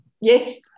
Yes